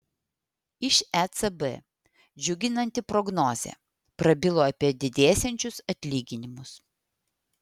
iš ecb džiuginanti prognozė prabilo apie didėsiančius atlyginimus